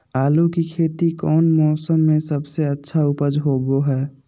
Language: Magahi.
आलू की खेती कौन मौसम में सबसे अच्छा उपज होबो हय?